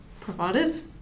providers